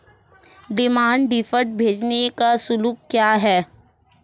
Demand draft भेजने का शुल्क क्या है?